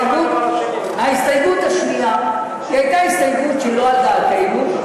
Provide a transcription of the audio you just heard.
ההסתייגות השנייה הייתה הסתייגות שלא על דעתנו.